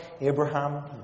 Abraham